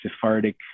Sephardic